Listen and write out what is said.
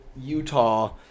Utah